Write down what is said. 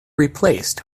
replaced